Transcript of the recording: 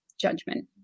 judgment